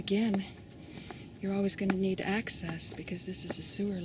again you're always going to need to access because this is a sewer